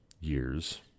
years